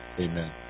Amen